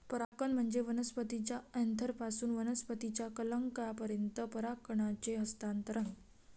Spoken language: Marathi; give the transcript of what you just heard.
परागकण म्हणजे वनस्पतीच्या अँथरपासून वनस्पतीच्या कलंकापर्यंत परागकणांचे हस्तांतरण